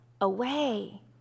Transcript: away